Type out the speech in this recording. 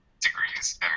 degrees